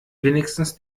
wenigstens